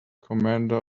commander